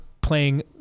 playing